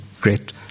great